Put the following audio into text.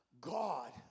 God